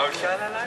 מוותר.